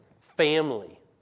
Family